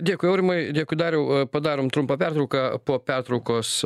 dėkui aurimai dėkui dariau padarom trumpą pertrauką po pertraukos